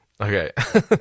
okay